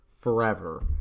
forever